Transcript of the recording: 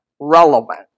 relevant